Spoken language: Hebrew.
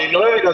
אני נוהג.